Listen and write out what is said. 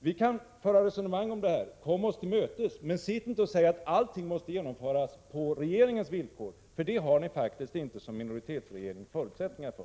Vi kan föra ett resonemang om detta — kom oss till mötes, men säg inte att allt måste genomföras på regeringens villkor, för det har ni som minoritetsregering inga förutsättningar för!